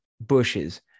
Bushes